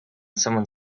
somebody